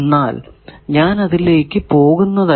എന്നാൽ ഞാൻ അതിലേക്കു പോകുന്നതല്ല